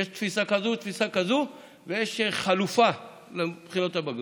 יש תפיסה כזאת ויש תפיסה כזו ויש חלופה לבחינות הבגרות.